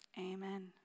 Amen